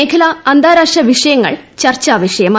മേഖലാ അന്താരാഷ്ട്ര വിഷയങ്ങൾ ചർച്ചാവിഷയമായി